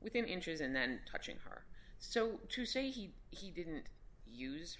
within inches and then touching her so to say he he didn't use